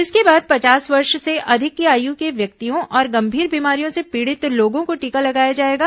इसके बाद पचास वर्ष से अधिक की आयु के व्यक्तियों और गंभीर बीमारियों से पीड़ित लोगों को टीका लगाया जाएगा